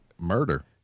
murder